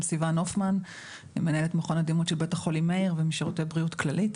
אני מנהלת מכון הדימות של בית חולים מאיר ומשירותי בריאות כללית.